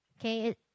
okay